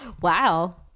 Wow